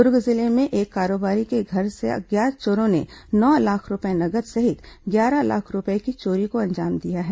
दुर्ग जिले में एक कारोबारी के घर अज्ञात चोरों ने नौ लाख रूपये नगद सहित ग्यारह लाख रूपये की चोरी को अंजाम दिया है